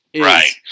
right